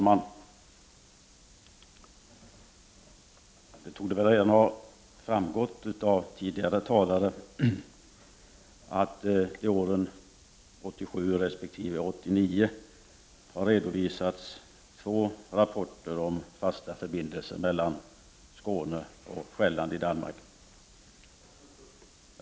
Herr talman! Det borde ha framgått av tidigare talare att det åren 1987 22 november 1989 resp. 1989 har redovisats två rapporter om fasta förbindelser mellan Skåne. NS och Själland i Danmark.